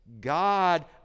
God